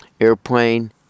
airplane